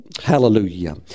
hallelujah